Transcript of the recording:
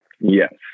Yes